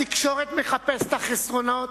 התקשורת מחפשת את החסרונות,